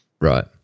Right